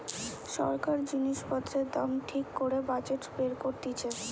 সরকার জিনিস পত্রের দাম ঠিক করে বাজেট বের করতিছে